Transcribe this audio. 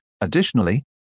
Additionally